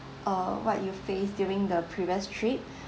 uh what you face during the previous trip